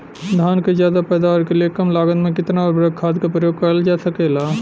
धान क ज्यादा पैदावार के लिए कम लागत में कितना उर्वरक खाद प्रयोग करल जा सकेला?